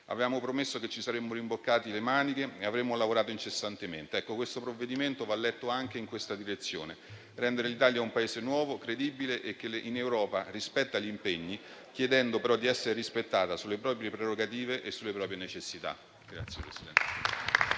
Avevamo promesso che ci saremmo rimboccati le maniche e avremmo lavorato incessantemente. Questo provvedimento va letto anche in questa direzione: rendere l'Italia un Paese nuovo, credibile e che in Europa rispetta gli impegni, chiedendo però di essere rispettata sulle proprie prerogative e sulle proprie necessità.